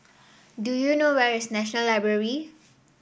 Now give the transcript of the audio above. do you know where is National Library